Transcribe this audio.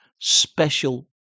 special